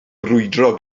brwydro